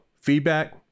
feedback